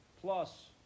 plus